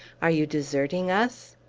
are you deserting us?